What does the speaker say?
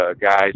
guys